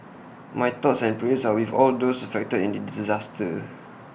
my thoughts and prayers are with all those affected in the disaster